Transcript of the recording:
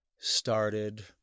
started